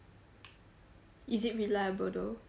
is it reliable though